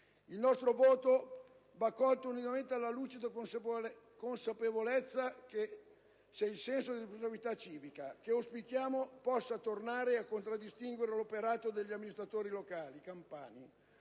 Il nostro voto va colto unitamente alla lucida consapevolezza che, se il senso di responsabilità civica - che auspichiamo possa tornare a contraddistinguere l'operato degli amministratori locali campani